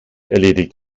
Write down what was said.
erledigt